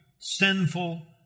sinful